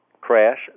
crash